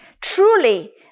Truly